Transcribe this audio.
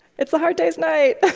it's a hard day's night.